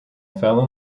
fell